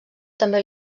també